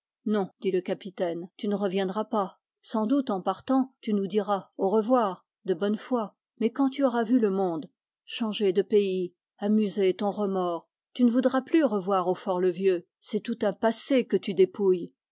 non tu ne reviendras pas sans doute en partant tu nous diras au revoir de bonne foi mais quand tu auras vu le monde changé de pays amusé ton remords tu ne voudras plus revoir hautfort le vieux c'est tout un passé que tu dépouilles